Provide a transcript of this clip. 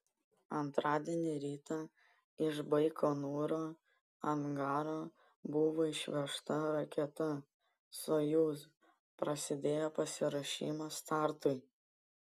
antradienį rytą iš baikonūro angaro buvo išvežta raketa sojuz prasidėjo pasiruošimas startui